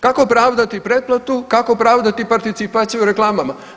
Kako opravdati pretplatu, kako pravdati participaciju reklamama?